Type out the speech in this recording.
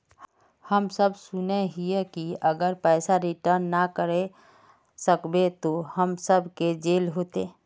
हम सब सुनैय हिये की अगर पैसा रिटर्न ना करे सकबे तो हम सब के जेल होते?